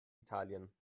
italien